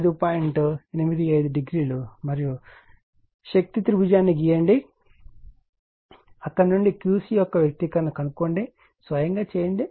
మరియు శక్తి త్రిభుజాన్ని గీయండి అక్కడ నుండి Qc యొక్క వ్యక్తీకరణను కనుగొనండి స్వయంగా చేయండి